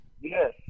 Yes